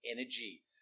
energy